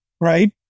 right